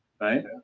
right